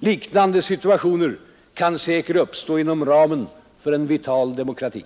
Liknande situationer kan säkert uppstå inom ramen för en vital demokrati.